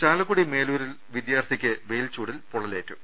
ചാലക്കുടി മേലൂരിൽ വിദ്യാർത്ഥിക്ക് വെയിൽചൂടിൽ പൊള്ളലേ റ്റു